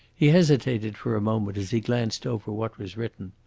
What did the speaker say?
he hesitated for a moment as he glanced over what was written.